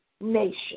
nation